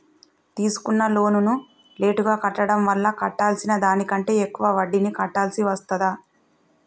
తీసుకున్న లోనును లేటుగా కట్టడం వల్ల కట్టాల్సిన దానికంటే ఎక్కువ వడ్డీని కట్టాల్సి వస్తదా?